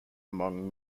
among